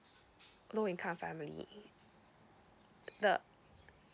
low income family the